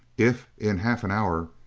if, in half an hour,